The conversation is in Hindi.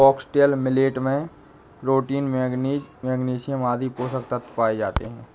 फॉक्सटेल मिलेट में प्रोटीन, मैगनीज, मैग्नीशियम आदि पोषक तत्व पाए जाते है